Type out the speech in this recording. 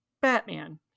batman